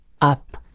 up